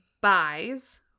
Buys